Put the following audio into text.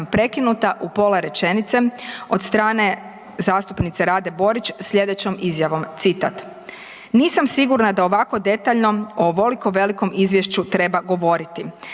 prekinuta u pola rečenice od strane zastupnice Rade Borić sljedećom izjavom, citat: „Nisam sigurna da o ovako detaljnom ovoliko velikom izvješću treba govoriti.